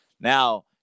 Now